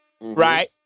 right